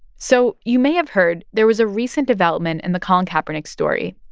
so you may have heard there was a recent development in the colin kaepernick story.